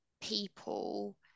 people